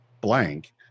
blank